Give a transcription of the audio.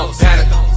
panic